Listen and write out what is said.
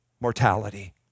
mortality